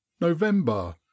november